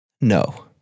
no